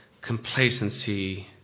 complacency